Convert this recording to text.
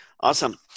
Awesome